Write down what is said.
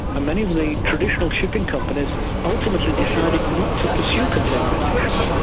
many of the traditional shipping companies ultimately decided not to pursue containerisation,